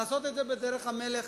לעשות את זה בדרך המלך.